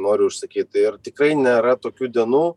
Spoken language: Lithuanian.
noriu užsakyt ir tikrai nėra tokių dienų